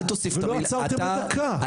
ולא עצרתם לדקה.